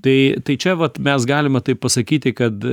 tai tai čia vat mes galima taip pasakyti kad